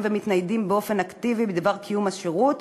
ומתניידים באופן אקטיבי בדבר קיום השירות,